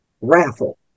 raffle